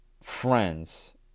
friends